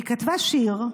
היא כתבה שיר,